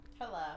hello